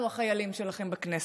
אנחנו החיילים שלכם בכנסת.